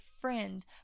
friend